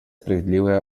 справедливое